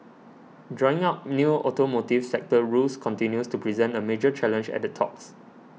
drawing up new automotive sector rules continues to present a major challenge at the talks